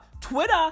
Twitter